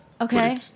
Okay